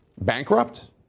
bankrupt